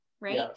right